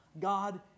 God